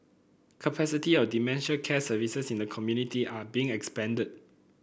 capacity of dementia care services in the community are being expanded